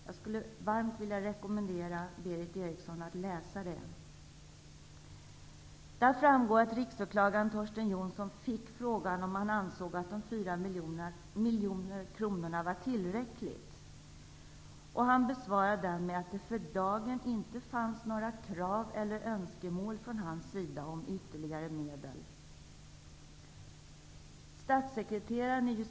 Jag rekommenderar varmt Berith Eriksson att läsa det protokollet. Där framgår att riksåklagare Torsten Jonsson fick frågan om han ansåg att det var tillräckligt med de 4 miljoner kronorna. Han besvarade frågan med att det för dagen inte fanns några krav eller önskemål från hans sida om ytterligare medel.